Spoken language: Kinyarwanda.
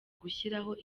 gushyiraho